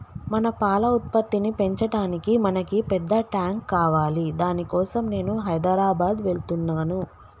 మన పాల ఉత్పత్తిని పెంచటానికి మనకి పెద్ద టాంక్ కావాలి దాని కోసం నేను హైదరాబాద్ వెళ్తున్నాను